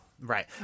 Right